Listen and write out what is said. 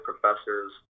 professors